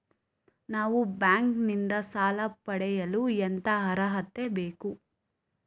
ನಾವು ಬ್ಯಾಂಕ್ ನಿಂದ ಸಾಲ ಪಡೆಯಲು ಎಂತ ಅರ್ಹತೆ ಬೇಕು?